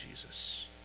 Jesus